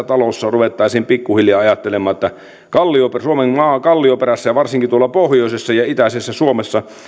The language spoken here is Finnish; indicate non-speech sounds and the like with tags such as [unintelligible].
[unintelligible] talossa ruvettaisiin pikkuhiljaa ajattelemaan että suomen kallioperässä ja varsinkin tuolla pohjoisessa ja itäisessä suomessa